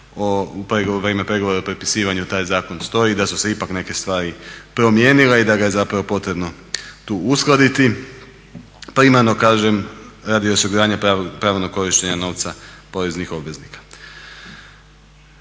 u ime pregovora taj zakon stoji, da su se ipak neke stvari promijenile i da ga je zapravo potrebno tu uskladiti. Primarno, kažem radi osiguranja pravilnog korištenja novca poreznih obveznika.